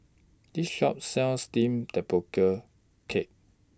This Shop sells Steamed Tapioca Cake